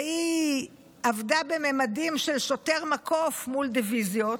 והיא עבדה בממדים של שוטר מקוף מול דיביזיות,